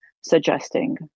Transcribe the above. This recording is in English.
suggesting